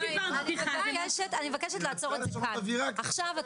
אם סיפרת בדיחה זה משהו אחר.